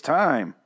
time